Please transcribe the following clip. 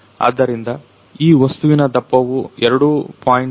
ಆದ್ದರಿಂದ ಈ ವಸ್ತುವಿನ ದಪ್ಪವು 2